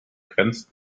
grenzt